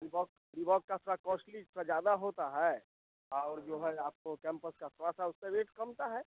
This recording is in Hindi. रिबोक रिबोक का थोड़ा कॉस्टली थोड़ा ज़्यादा होता है और जो है आपको कैंपस का थोड़ा सा उससे भी एक कम का है